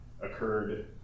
occurred